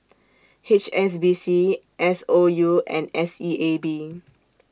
H S B C S O U and S E A B